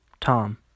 Tom